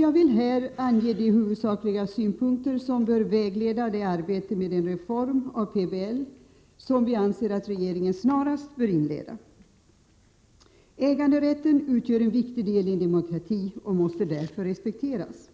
Jag vill här ange de huvudsakliga synpunkter som bör vägleda det arbete med en reform av PBL som vi anser att regeringen snarast bör inleda. Äganderätten utgör en viktig del i en demokrati och måste därför respekteras.